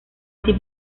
así